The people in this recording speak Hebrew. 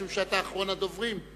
משום שאתה אחרון הדוברים,